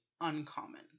uncommon